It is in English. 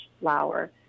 flour